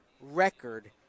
record